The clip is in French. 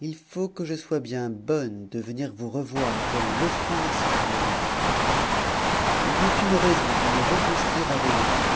il faut que je sois bien bonne de venir vous revoir après l'offense que vous m'avez faite mais je ne puis me résoudre à me réconcilier avec vous